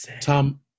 Tom